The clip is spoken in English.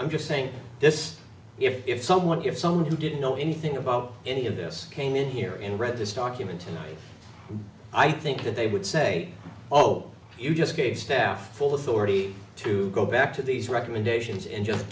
i'm just saying this if someone you're someone who didn't know anything about any of this came in here and read this document and i think that they would say oh you just gave staff full authority to go back to these recommendations and just